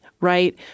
right